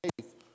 faith